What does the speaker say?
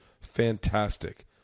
fantastic